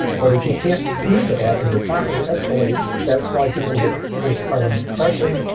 but if you can't do that, and your copper escalates, that's why people would get postpartum depression,